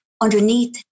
underneath